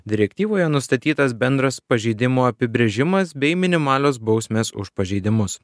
direktyvoje nustatytas bendras pažeidimo apibrėžimas bei minimalios bausmės už pažeidimus